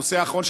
הנושא האחרון,